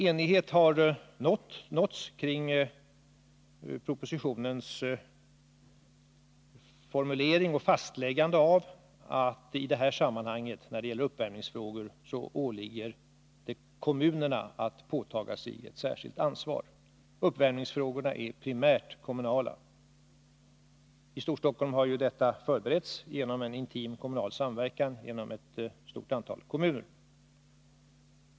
Enighet har nåtts kring propositionens formulering och fastläggande av att i uppvärmningsfrågor åligger det kommunerna att påtaga sig ett särskilt ansvar. Uppvärmningsfrågorna är primärt kommunala. I Storstockholm har detta förberetts genom en intim samverkan mellan ett stort antal kommuner.